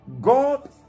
God